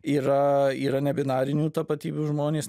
yra yra ne binarinių tapatybių žmonės